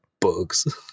Bugs